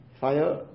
Fire